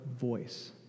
voice